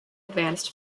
advanced